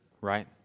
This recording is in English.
right